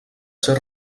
ser